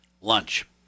lunch